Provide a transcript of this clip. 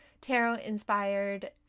tarot-inspired